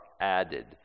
added